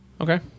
Okay